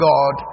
God